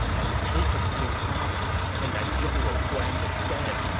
has taken jing province, and that general guan is dead!